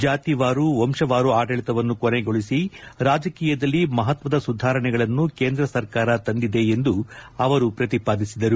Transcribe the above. ಜಾತೀವಾರು ವಂಶವಾರು ಆಡಳಿತವನ್ನು ಕೊನೆಗೊಳಿಸಿ ರಾಜಕೀಯದಲ್ಲಿ ಮಹತ್ವದ ಸುಧಾರಣೆಗಳನ್ನು ಕೇಂದ್ರ ಸರ್ಕಾರ ತಂದಿದೆ ಎಂದು ಅವರು ಪ್ರತಿಪಾದಿಸಿದರು